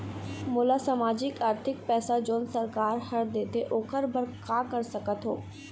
मोला सामाजिक आरथिक पैसा जोन सरकार हर देथे ओकर बर का कर सकत हो?